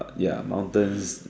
ya mountains